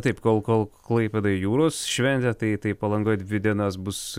taip kol kol klaipėdoj jūros šventė tai tai palangoj dvi dienas bus